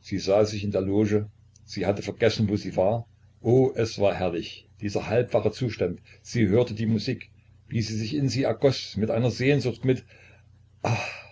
sie sah sich in der loge sie hatte vergessen wo sie war oh es war herrlich dieser halbwache zustand sie hörte die musik wie sie sich in sie ergoß mit einer sehnsucht mit